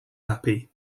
happy